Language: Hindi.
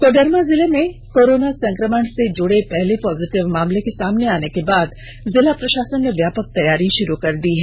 कोडरमा जिले में कोरोना संक्रमण से जुड़े पहले पॉजिटिव मामले के सामने आने के बाद जिला प्रशासन ने व्यापक तैयारी शुरू कर दी है